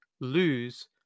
lose